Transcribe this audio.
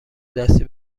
دستی